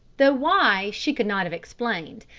though why she could not have explained.